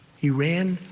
he ran,